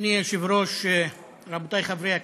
אדוני היושב-ראש, רבותיי חברי הכנסת,